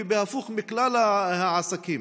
הפוך מכלל העסקים.